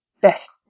best